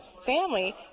family